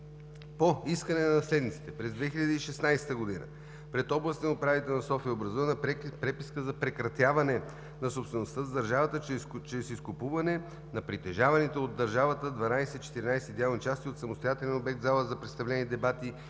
По искане на наследниците през 2016 г. пред областния управител на София е образувана преписка за прекратяване на собствеността за държавата чрез изкупуване на притежаваните от държавата 2/14 идеални части от самостоятелен обект – зала за представления и дебати,